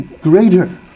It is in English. greater